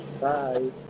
Bye